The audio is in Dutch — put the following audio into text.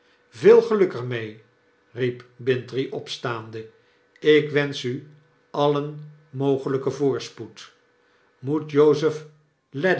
veel geluk er mee riep bintrey opstaande lk wensch u alien mogelyken voorspoed i moet jozef